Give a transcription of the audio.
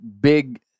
big